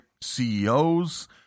CEOs